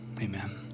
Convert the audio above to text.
amen